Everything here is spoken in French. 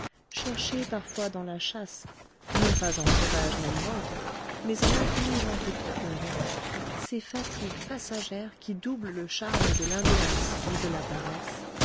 chercher parfois dans la chasse non pas en sauvage nemrod mais en intelligent épicurien ces fatigues passagères qui doublent le charme de l'indolence et de la paresse